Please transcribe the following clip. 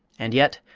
and yet,